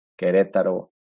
Querétaro